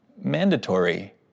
Mandatory